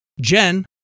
Jen